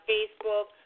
Facebook